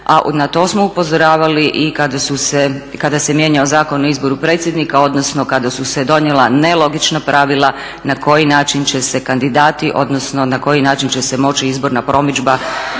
a na to smo upozoravali i kada se mijenjao Zakon o izboru predsjednika, odnosno kada su se donijela nelogična pravila na koji način će se kandidati odnosno na koji način će se moći izborna promidžba